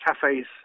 cafes